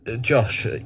Josh